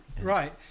right